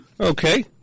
Okay